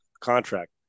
contract